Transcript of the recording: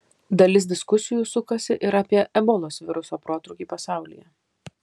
dalis diskusijų sukasi ir apie ebolos viruso protrūkį pasaulyje